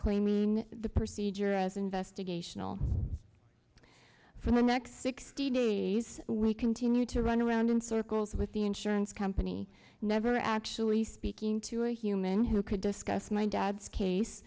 claiming the procedure as investigational for the next sixty days we continued to run around in circles with the insurance company never actually speaking to a human who could discuss my dad's case